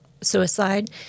suicide